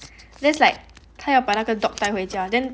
then is like kind of 把那个 dog 带回家 then